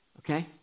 okay